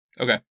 Okay